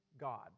God